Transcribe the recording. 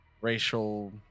racial